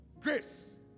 Grace